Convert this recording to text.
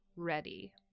ready